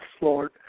Lord